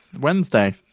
Wednesday